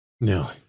No